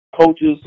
coaches